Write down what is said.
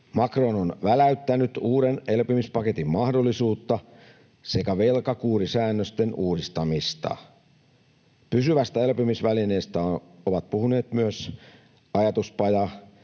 Macron on väläyttänyt uuden elpymispaketin mahdollisuutta sekä velkakurisäännösten uudistamista. Pysyvästä elpymisvälineestä ovat puhuneet myös ajatuspajan